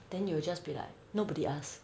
then you will just be like nobody ask